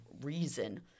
reason